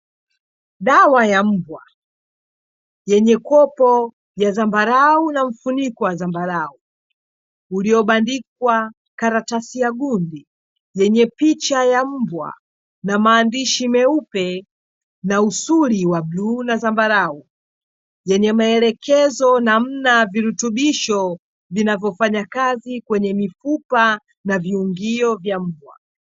Dawa ya mbwa yenye kopo ya zambarau na mfuniko wa zambarau uliobandikwa karatasi ya gundi yenye picha ya mbwa na maandishi meupe na usuli wa bluu na zambarau, yenye maelekezo namna virutubisho vinavyofanya kazi kwenye mifupa na viungio vya mbwa.